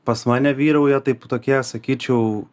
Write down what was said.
pas mane vyrauja taip tokie sakyčiau